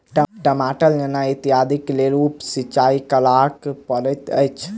टमाटर गन्ना इत्यादिक लेल उप सिचाई करअ पड़ैत अछि